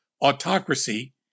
autocracy